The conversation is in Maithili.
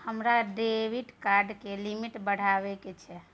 हमरा डेबिट कार्ड के लिमिट बढावा के छै